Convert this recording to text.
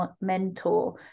mentor